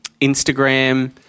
Instagram